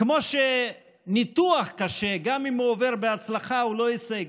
כמו שניתוח קשה גם אם הוא עובר בהצלחה הוא לא הישג,